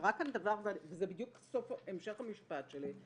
קרה כאן דבר, וזה בדיוק המשך המשפט שלי.